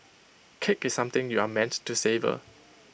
cake is something you are meant to savour